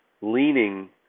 leaning